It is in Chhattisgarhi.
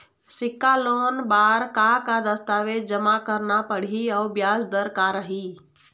सिक्छा लोन बार का का दस्तावेज जमा करना पढ़ही अउ ब्याज दर का रही?